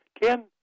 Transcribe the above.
Ken